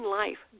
life